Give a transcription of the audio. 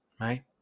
right